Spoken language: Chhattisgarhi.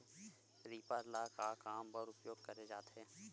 रीपर ल का काम बर उपयोग करे जाथे?